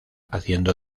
haciendo